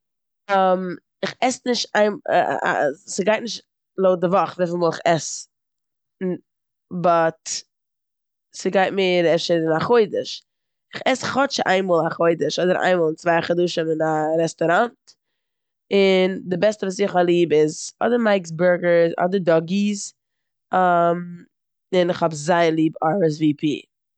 איך עס נישט איי- ס'גייט נישט לויט די וואך וויפיל אל איך עס באט ס'גייט מער אפשר אין א חודש. כ'עס כאטש איין מאל א חודש אדער איין מאל אין צוויי חדשים אין א רעסטאראונט און די בעסטע וואס איך האב ליב איז אדער מייקס בערגער אדער דאוגיס און איך האב זייער ליב אר. עס. ווי. פי.